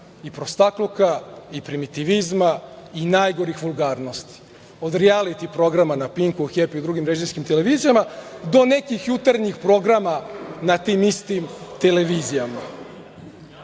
i prostakluka i primitivizma i najgorih vulgarnosti, od rijaliti programa na „Pinku“, „Hepiju“ i drugim režimskim televizijama, do nekih jutarnjih programa na tim istim televizijama. Što